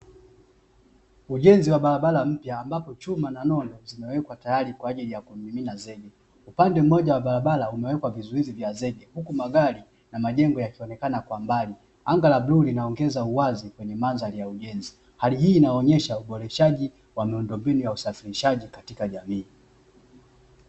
Ujenzi wa barabara mpya ambapo chuma na nondo zinawekwa tayari kwa ajili ya kumimina zege. Upande mmoja wa barabara umewekwa vizuizi vya zege, huku magari na majengo yakionekana kwa mbali. Anga la bluu linaongeza uwazi kwenye mandhari ya ujenzi. Hali hii inaonyesha uboreshaji wa miundombinu ya usafirishaji katika jamii.